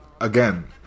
again